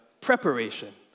preparation